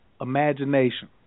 imagination